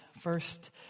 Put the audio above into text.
First